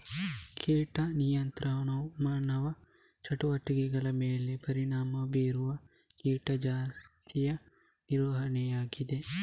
ಕೀಟ ನಿಯಂತ್ರಣವು ಮಾನವ ಚಟುವಟಿಕೆಗಳ ಮೇಲೆ ಪರಿಣಾಮ ಬೀರುವ ಕೀಟ ಜಾತಿಯ ನಿರ್ವಹಣೆಯಾಗಿದೆ